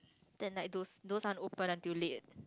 then like those those are open until late